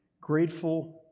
grateful